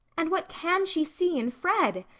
and what can she see in fred?